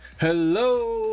Hello